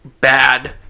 bad